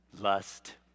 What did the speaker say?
Lust